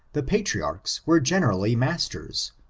the patriarchs were generally masters,